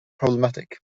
problematic